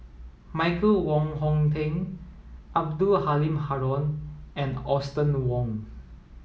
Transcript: Michael Wong Hong Teng Abdul Halim Haron and Austen Ong